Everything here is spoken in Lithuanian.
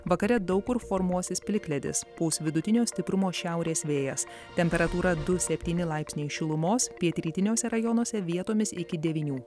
vakare daug kur formuosis plikledis pūs vidutinio stiprumo šiaurės vėjas temperatūra du septyni laipsniai šilumos pietrytiniuose rajonuose vietomis iki devynių